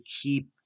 keep